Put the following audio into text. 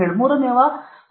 7 ಮೂರನೆಯದು 0